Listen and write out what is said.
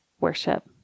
worship